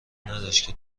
نداشته